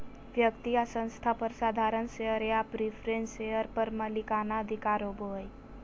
व्यक्ति या संस्था पर साधारण शेयर या प्रिफरेंस शेयर पर मालिकाना अधिकार होबो हइ